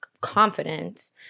confidence